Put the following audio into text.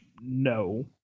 no